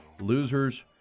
loser's